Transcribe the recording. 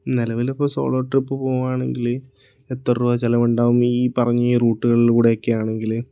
നിലവിൽ ഇപ്പോൾ solo trip പോകുവാണെങ്കിൽ എത്ര രൂപ ചെലവുണ്ടാവും ഈ പറഞ്ഞ ഈ റൂട്ടുകളിലൂടെയൊക്കെ ആണെങ്കില്